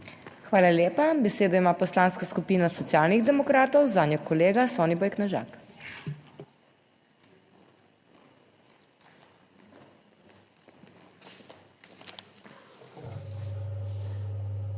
Hvala lepa. Besedo ima Poslanska skupina Socialnih demokratov, zanjo kolega Soniboj Knežak.